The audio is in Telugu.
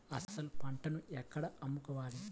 అసలు పంటను ఎక్కడ అమ్ముకోవాలి?